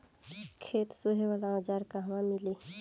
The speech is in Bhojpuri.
खेत सोहे वाला औज़ार कहवा मिली?